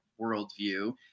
worldview